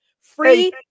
Free